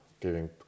giving